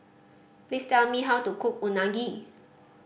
please tell me how to cook Unagi